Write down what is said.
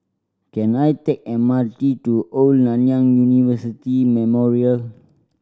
can I take M R T to Old Nanyang University Memorial